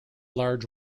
large